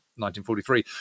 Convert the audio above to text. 1943